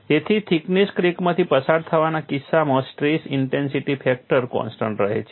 તેથી થિકનેસ ક્રેકમાંથી પસાર થવાના કિસ્સામાં સ્ટ્રેસ ઇન્ટેન્સિટી ફેક્ટર કોન્સ્ટન્ટ રહે છે